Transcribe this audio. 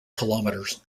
kilometres